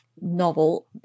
novel